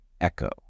echo